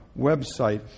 website